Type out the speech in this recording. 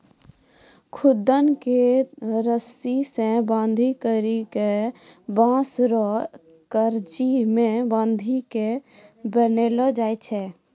खुद्दन के रस्सी से बांधी करी के बांस रो करची मे बांधी के बनैलो जाय छै